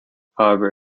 however